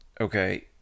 Okay